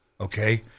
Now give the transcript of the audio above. okay